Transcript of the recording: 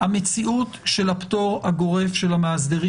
המציאות של הפטור הגורף של המאסדרים